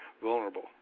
vulnerable